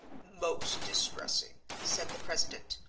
most distressing, said the president.